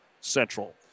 Central